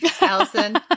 Allison